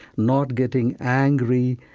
not getting angry,